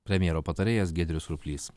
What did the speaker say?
premjero patarėjas giedrius surplys